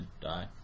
die